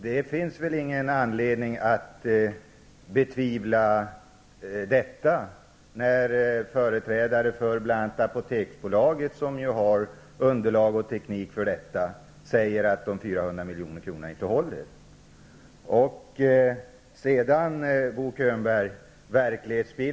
Det finns väl ingen anledning att betvivla detta, när företrädare för bl.a. Apoteksbolaget, som ju har underlag och teknik för att bedöma detta, säger att uträkningen om de 400 miljonerna inte håller.